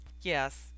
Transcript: Yes